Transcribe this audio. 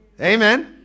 amen